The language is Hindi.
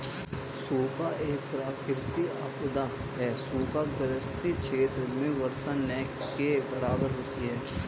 सूखा एक प्राकृतिक आपदा है सूखा ग्रसित क्षेत्र में वर्षा न के बराबर होती है